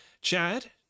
Chad